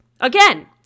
Again